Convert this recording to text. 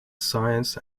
science